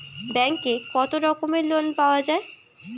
ব্যাঙ্কে কত রকমের লোন পাওয়া য়ায়?